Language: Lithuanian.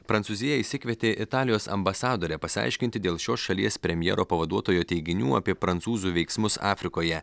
prancūzija išsikvietė italijos ambasadorę pasiaiškinti dėl šios šalies premjero pavaduotojo teiginių apie prancūzų veiksmus afrikoje